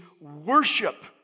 worship